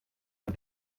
von